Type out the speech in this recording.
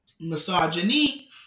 Misogyny